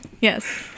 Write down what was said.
yes